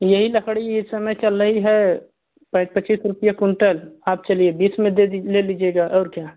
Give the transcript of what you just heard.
यही लकड़ी इस समय चल रही है पै पच्चीस रुपया कुंटल आप चलिए बीस में दे दीज ले लीजिएगा और क्या